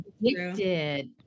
addicted